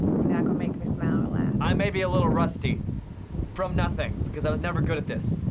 you're not gonna make me smile or laugh. i may be a little rusty from nothing, but cause i was never good at this,